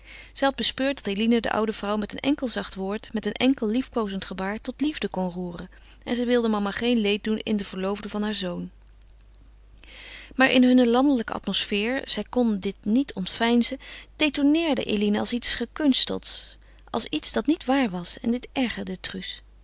had bespeurd dat eline de oude vrouw met een enkel zacht woord met een enkel liefkoozend gebaar tot liefde kon roeren en zij wilde mama geen leed doen in de verloofde van haar zoon maar in hunne landelijke atmosfeer zij kon zich dit niet ontveinzen detoneerde eline als iets gekunstelds als iets dat niet waar was en dit ergerde truus